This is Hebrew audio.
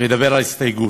ואדבר על הסתייגות,